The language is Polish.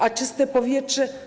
A czyste powietrze?